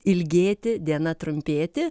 ilgėti diena trumpėti